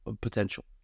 potential